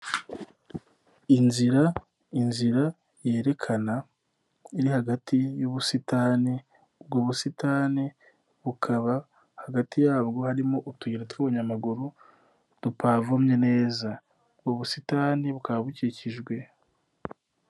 Inzira, inzira yerekana iri hagati y'ubusitani, ubwo busitani bukaba hagati yabwo harimo utuyira tw'ubunyamaguru dupaomye neza. Ubusitani bukaba bukikijwe.